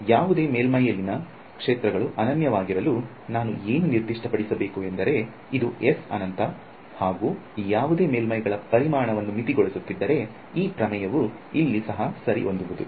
ಈಗ ಯಾವದೇ ಮೇಲ್ಮೈಯಲ್ಲಿ ಕ್ಷೇತ್ರಗಳು ಅನನ್ಯವಾಗಿರಲು ನಾನು ಏನು ನಿರ್ದಿಷ್ಟಪಡಿಸಬೇಕು ಎಂದರೆ ಇದು S ಅನಂತ ಹಾಗೂ ಯಾವುದೇ ಮೇಲ್ಮೈಗಳು ಪರಿಮಾಣವನ್ನು ಮಿತಿಗೊಳಿಸುತ್ತಿದ್ದರು ಈ ಪ್ರಮೇಯವು ಇಲ್ಲಿಯೂ ಸಹ ಸರಿ ಹೊಂದುವುದು